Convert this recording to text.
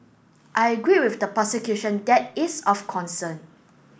I agree with the prosecution that is of concern